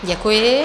Děkuji.